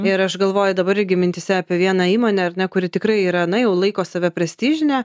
ir aš galvoju dabar irgi mintyse apie vieną įmonę ar ne kuri tikrai yra na jau laiko save prestižine